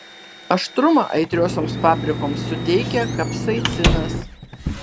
aštrumą aitriosioms paprikoms suteikia kapsaicinas